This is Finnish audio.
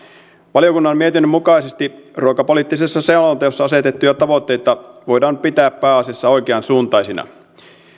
valiokunnan mietinnön mukaisesti ruokapoliittisessa selonteossa asetettuja tavoitteita voidaan pitää pääasiassa oikeansuuntaisina